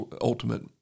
ultimate